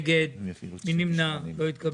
4 נמנעים - אין לא אושר.